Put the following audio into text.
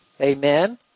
Amen